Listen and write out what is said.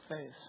face